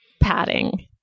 padding